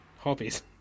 hobbies